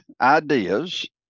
ideas